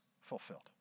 fulfilled